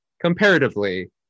comparatively